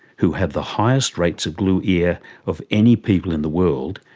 who have the highest rates of glue ear of any people in the world,